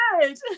good